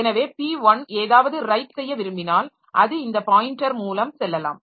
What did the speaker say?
எனவே p1 ஏதாவது write செய்ய விரும்பினால் அது இந்த பாயின்டர் மூலம் செல்லலாம்